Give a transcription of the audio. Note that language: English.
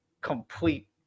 complete